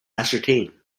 ascertain